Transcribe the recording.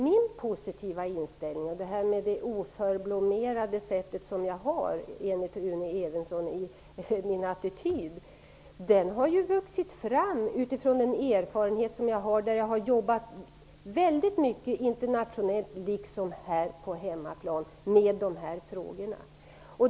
Min positiva inställning och min, enligt Rune Evensson, oförblommerade attityd har vuxit fram utifrån min erfarenhet från omfattande internationellt arbete liksom arbete här på hemmaplan med dessa frågor.